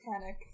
panic